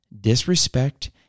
disrespect